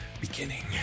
beginning